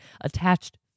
attached